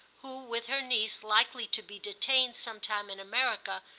who, with her niece likely to be detained some time in america,